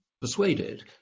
persuaded